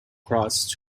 cross